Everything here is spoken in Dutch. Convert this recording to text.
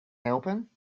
helpen